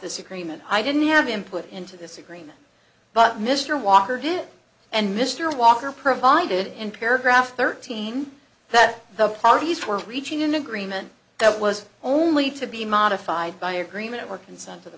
this agreement i didn't have input into this agreement but mr walker did and mr walker provided in paragraph thirteen that the parties were reaching an agreement that was only to be modified by agreement or consent of the